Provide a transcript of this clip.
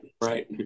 right